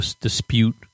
dispute